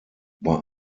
bei